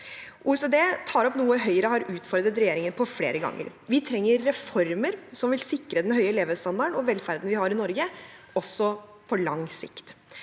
OECD tar opp noe Høyre har utfordret regjeringen på flere ganger. Vi trenger reformer som vil sikre den høye levestandarden og velferden vi har i Norge, også på lang sikt.